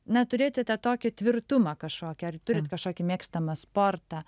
na turėti tą tokį tvirtumą kažkokį ar turit kažkokį mėgstamą sportą